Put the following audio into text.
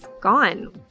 gone